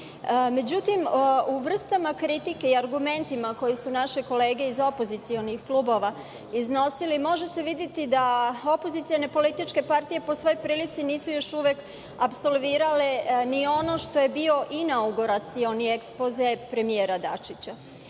Dačića.Međutim, u vrstama kritike i argumentima koje su naše kolege iz opozicionih klubova iznosili, može se videti da opozicione političke partije po svoj prilici nisu još uvek apsolvirale ni ono što je bio inauguracioni ekspoze premijera Dačića.